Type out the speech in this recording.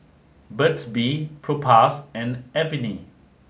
burt's bee Propass and Avene